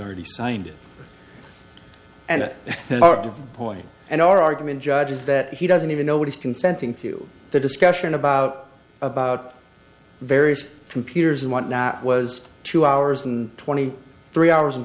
already signed it and point and or argument judges that he doesn't even know what he's consenting to the discussion about about various computers and whatnot was two hours and twenty three hours and